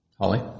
Holly